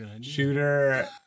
Shooter